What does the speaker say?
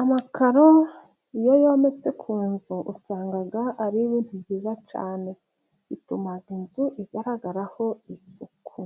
Amakaro iyo yometse ku nzu usanga ari bintu byiza cyane, bituma inzu igaragaraho isuku